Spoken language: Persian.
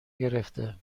گرفته